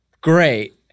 great